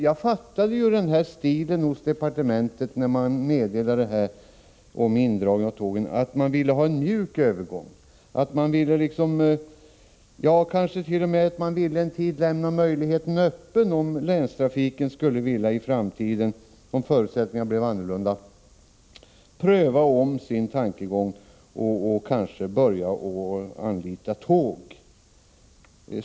Jag uppfattade saken så, när man från departementets sida talade om denna indragning av tågen, att man ville ha en mjuk övergång, att man för en tid t.o.m. ville lämna möjligheten öppen att anlita tågen, om nu länstrafiken i framtiden — ifall det blir ändrade förutsättningar — skulle ompröva sina ståndpunkter.